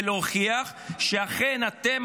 ולהוכיח שאכן אתם,